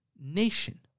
nation